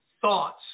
thoughts